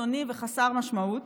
קיצוני וחסר משמעות,